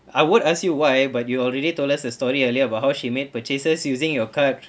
I would ask you why but you already told us the story earlier about how she made purchases using your card